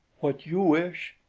what you wish,